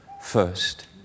first